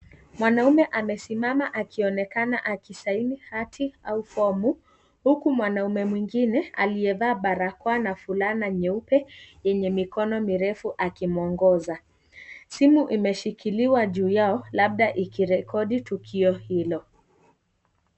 Mwanaume amesimama akionekana alisaini hati au fomu huku mwanaume mwingine aliyevaa barakoa na fulana nyeupe yenye mikono mirefu akimuongoza, simu imeshikiliwa juu yao labda ikirekodi tukio hilo.